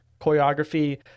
choreography